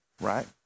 right